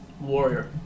Warrior